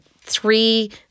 three